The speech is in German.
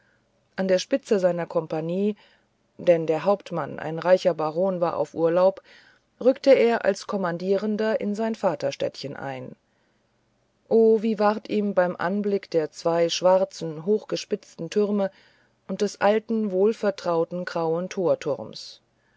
an der spitze seiner kompanie denn der hauptmann ein reicher baron war auf urlaub rückte er als kommandierender in sein vaterstädtchen ein oh wie ward ihm beim anblick der zwei schwarzen hochgespitzten türme und des alten wohlvertrauten grauen torturms